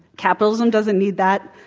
capitalism doesn't need that.